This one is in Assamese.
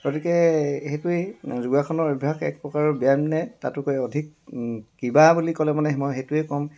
গতিকে সেইটোৱে যোগাসনৰ অভ্যাস একপ্ৰকাৰৰ ব্যায়ামনে তাতকৈ অধিক কিবা বুলি ক'লে মানে মই সেইটোৱে ক'ম